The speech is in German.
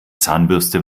zahnbürste